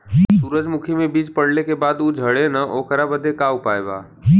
सुरजमुखी मे बीज पड़ले के बाद ऊ झंडेन ओकरा बदे का उपाय बा?